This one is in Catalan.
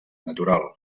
natural